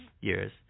years